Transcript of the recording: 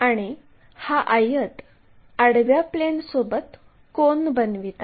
आणि हा आयत आडव्या प्लेनसोबत कोन बनवित आहे